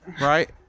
right